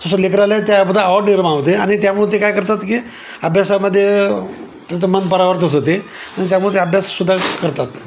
जसं लेकरालाय त्यामध्ये आवड निर्माण होते आणि त्यामुळे ते काय करतात की अभ्यासामध्ये त्याचं मन परावर्तित होते आणि त्यामुळे ते अभ्यासुद्धा करतात